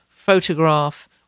photograph